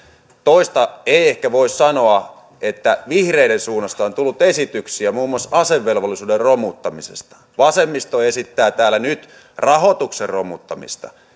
toista voi ehkä sanoa vihreiden suunnasta on tullut esityksiä muun muassa asevelvollisuuden romuttamisesta vasemmisto esittää täällä nyt rahoituksen romuttamista